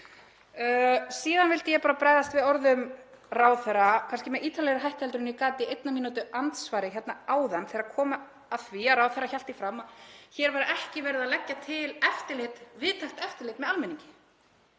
Síðan vildi ég að bregðast við orðum ráðherra, kannski með ítarlegri hætti en ég gat í einnar mínútu andsvari hérna áðan þegar kom að því að ráðherra hélt því fram að hér væri ekki verið að leggja til víðtækt eftirlit með almenningi.